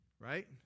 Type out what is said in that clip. Right